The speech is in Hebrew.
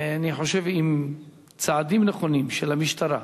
אני חושב שעם צעדים נכונים של המשטרה,